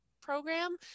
program